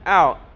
out